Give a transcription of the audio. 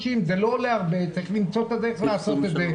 זה לא עולה הרבה, צריך למצוא את הדרך לעשות את זה.